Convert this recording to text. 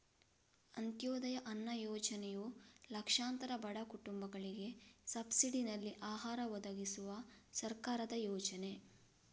ಅಂತ್ಯೋದಯ ಅನ್ನ ಯೋಜನೆಯು ಲಕ್ಷಾಂತರ ಬಡ ಕುಟುಂಬಗಳಿಗೆ ಸಬ್ಸಿಡಿನಲ್ಲಿ ಆಹಾರ ಒದಗಿಸುವ ಸರ್ಕಾರದ ಯೋಜನೆ